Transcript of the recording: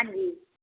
ਹਾਂਜੀ